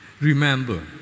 Remember